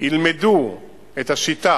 ילמד את השיטה,